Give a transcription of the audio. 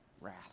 wrath